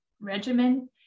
regimen